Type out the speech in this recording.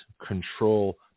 control